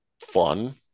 fun